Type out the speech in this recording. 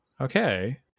okay